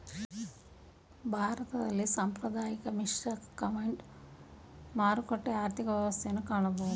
ಭಾರತದಲ್ಲಿ ಸಾಂಪ್ರದಾಯಿಕ, ಮಿಶ್ರ, ಕಮಾಂಡ್, ಮಾರುಕಟ್ಟೆ ಆರ್ಥಿಕ ವ್ಯವಸ್ಥೆಯನ್ನು ಕಾಣಬೋದು